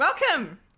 Welcome